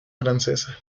francesa